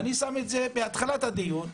אני שם את זה בהתחלת הדיון,